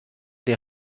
der